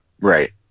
Right